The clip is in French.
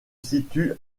situe